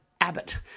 Abbott